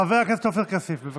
חבר הכנסת עופר כסיף, בבקשה.